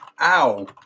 ow